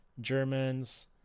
Germans